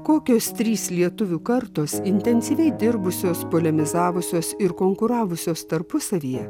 kokios trys lietuvių kartos intensyviai dirbusios polemizavusios ir konkuravusios tarpusavyje